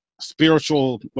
spiritual